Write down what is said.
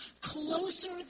closer